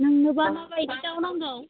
नोंनोबा मा बायदि दाउ नांगौ